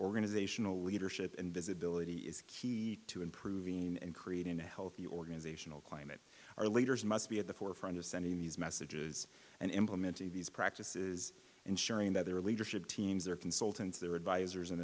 organizational leadership and visibility is key to improving and creating a healthy organizational climate our leaders must be at the forefront of sending these messages and implementing these practices ensuring that their leadership teams their consultants their advisors